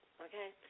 okay